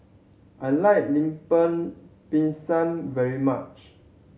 I like Lemper Pisang very much